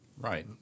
Right